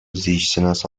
زیستشناس